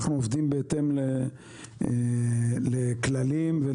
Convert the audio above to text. אנחנו עובדים בהתאם לכללים ונהלים.